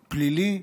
פלילי,